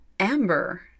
Amber